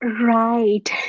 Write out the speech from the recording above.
Right